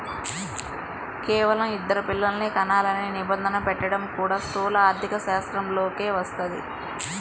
కేవలం ఇద్దరు పిల్లలనే కనాలనే నిబంధన పెట్టడం కూడా స్థూల ఆర్థికశాస్త్రంలోకే వస్తది